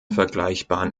vergleichbaren